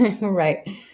Right